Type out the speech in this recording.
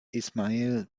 ismail